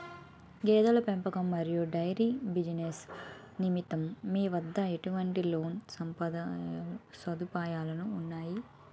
గేదెల పెంపకం మరియు డైరీ బిజినెస్ నిమిత్తం మీ వద్ద ఎటువంటి లోన్ సదుపాయాలు ఉన్నాయి?